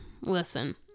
listen